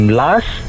last